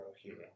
hero